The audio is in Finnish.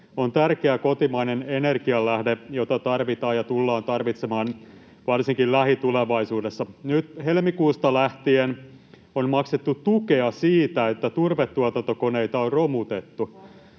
on tärkeä kotimainen energianlähde, jota tarvitaan ja tullaan tarvitsemaan varsinkin lähitulevaisuudessa. Nyt helmikuusta lähtien on maksettu tukea siitä, että turvetuotantokoneita on romutettu.